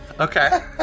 Okay